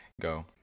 go